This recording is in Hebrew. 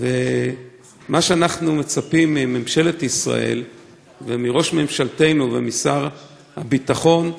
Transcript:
מה שאנחנו מצפים מממשלת ישראל ומראש ממשלתנו ומשר הביטחון,